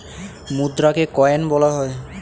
মুদ্রাকে coin বলা হয়